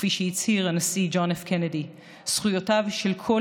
כפי שהצהיר הנשיא ג'ון פ' קנדי: זכויותיו של כל